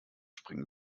springen